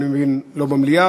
לא במליאה.